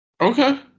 Okay